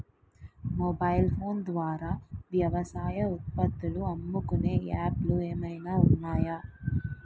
Mobile phone ద్వారా వ్యవసాయ ఉత్పత్తులు అమ్ముకునే యాప్ లు ఏమైనా ఉన్నాయా?